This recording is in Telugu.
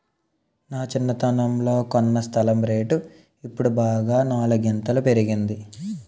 నా చిన్నతనంలో కొన్న స్థలం రేటు ఇప్పుడు బాగా నాలుగింతలు పెరిగింది